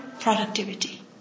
productivity